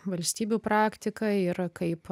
valstybių praktika ir kaip